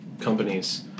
companies